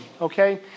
okay